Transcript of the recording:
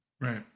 Right